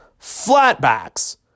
Flatbacks